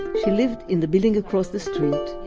she lived in the building across the street,